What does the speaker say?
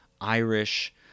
Irish